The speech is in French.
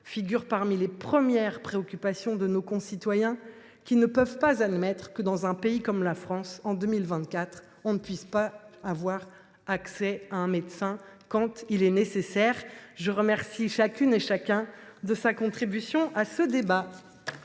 figure parmi les premières préoccupations de nos concitoyens : ceux ci ne sauraient admettre que, dans un pays comme la France, en 2024, l’on ne puisse pas avoir accès à un médecin quand c’est nécessaire. Je remercie d’avance chacune et chacun de sa contribution à ce débat.